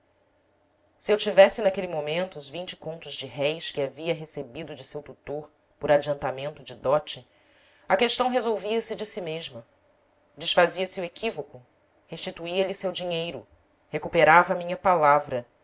se eu tivesse naquele momento os vinte contos de réis que havia recebido de seu tutor por adiantamento de dote a questão resolvia se de si mesma desfazia-se o equívoco restituía lhe seu dinheiro recuperava minha palavra